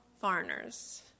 foreigners